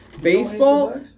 baseball